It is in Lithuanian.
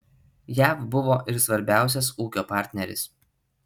jav buvo ir svarbiausias ūkio partneris